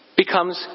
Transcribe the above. becomes